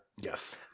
Yes